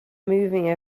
moving